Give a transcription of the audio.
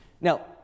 Now